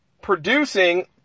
producing